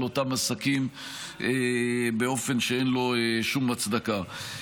אותם עסקים באופן שאין לו שום הצדקה.